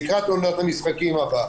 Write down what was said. לקראת עונת המשחקים הבאה.